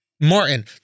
Martin